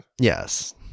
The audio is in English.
Yes